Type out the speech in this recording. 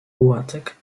łatek